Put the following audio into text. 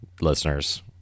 Listeners